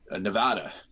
Nevada